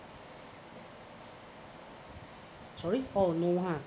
sorry oh no ha